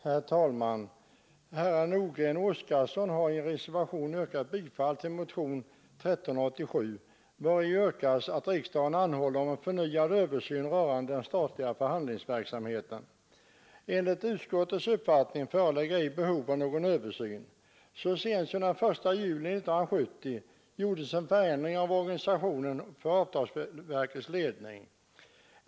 Herr talman! Herrar Nordgren och Oskarson har i en reservation yrkat bifall till motionen 1387, vari yrkas att riksdagen anhåller om förnyad översyn rörande den statliga förhandlingsverksamheten. Enligt utskottets uppfattning föreligger ej behov av någon översyn. Så sent som den 1 juli 1970 gjordes en förändring av organisationen för avtalsverkets ledning.